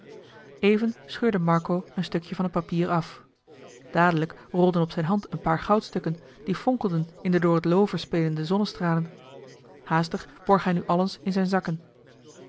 even scheurde marco een stukje van t papier af dadelijk rolden op zijn hand een paar goudstukken die fonkelden in de door het loover spelende zonnestralen haastig borg hij nu alles in zijn zakken